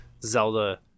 Zelda